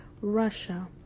Russia